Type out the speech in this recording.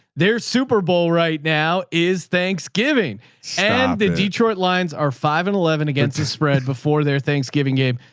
their super bowl right now is thanksgiving and the detroit lions are five and eleven against the spread before their thanksgiving game,